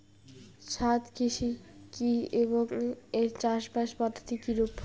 ছাদ কৃষি কী এবং এর চাষাবাদ পদ্ধতি কিরূপ?